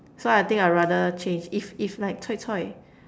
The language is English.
so I think I rather change if if like choi choi